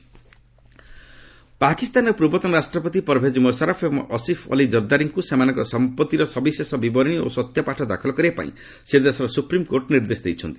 Pak SC ପ୍ରେସିଡେଣ୍ଟ୍କ ପାକିସ୍ତାନର ପୂର୍ବତନ ରାଷ୍ଟ୍ରପତି ପରଭେଜ ମୁଶାରଫ୍ ଏବଂ ଅସିଫ୍ ଅଲ୍ଲୀ ଜର୍ଦାରୀଙ୍କ ସେମାନଙ୍କର ସମ୍ପତ୍ତିର ସବିଶେଷ ବିବରଣୀ ଓ ସତ୍ୟପାଠ ଦାଖଲ କରିବା ପାଇଁ ସେ ଦେଶର ସୁପ୍ରିମ୍କୋର୍ଟ ନିର୍ଦ୍ଦେଶ ଦେଇଛନ୍ତି